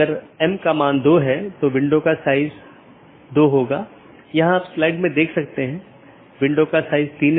अगर हम पिछले व्याख्यान या उससे पिछले व्याख्यान में देखें तो हमने चर्चा की थी